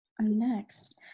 next